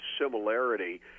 similarity